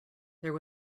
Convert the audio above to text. there